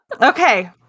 Okay